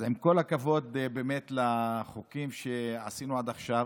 אז עם כל הכבוד באמת לחוקים שעשינו עד עכשיו,